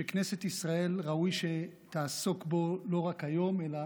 וכנסת ישראל, ראוי שתעסוק בו לא רק היום אלא